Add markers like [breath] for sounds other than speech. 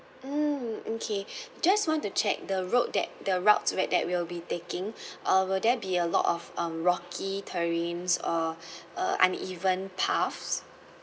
mm okay just want to check the road that the routes where that will be taking [breath] uh will there be a lot of um rocky terrains or [breath] uh uneven paths